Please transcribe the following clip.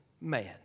man